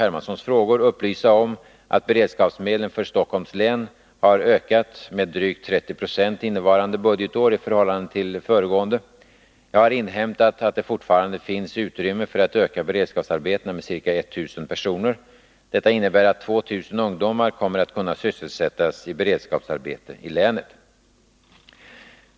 Hermanssons fråga upplysa om att beredskapsmedlen för Stockholms län har ökat med drygt 30 2 innevarande budgetår i förhållande till det föregående. Jag har inhämtat att det fortfarande finns utrymme för att öka beredskapsarbetena med ca 1 000 personer. Detta innebär att 2 000 ungdomar kommer att kunna sysselsättas i beredskapsarbete i länet.